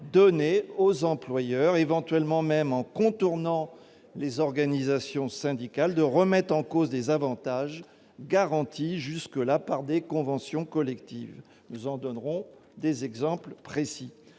donnée aux employeurs, éventuellement même en contournant les organisations syndicales, de remettre en cause des avantages garantis jusque-là par des conventions collectives. Nous en donnerons des exemples précis.